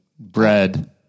bread